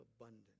abundant